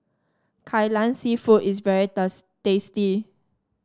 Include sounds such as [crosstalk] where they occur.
Kai Lan seafood is very [unintelligible] tasty